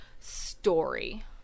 story